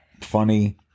Funny